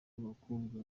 y’abakobwa